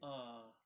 ah